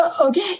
okay